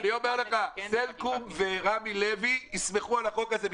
אני אומר לך, סלקום ורמי לוי ישמחו על החוק הזה.